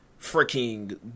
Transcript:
freaking